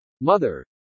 mother